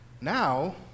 Now